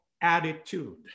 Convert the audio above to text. attitude